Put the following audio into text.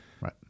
Right